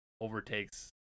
overtakes